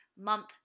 month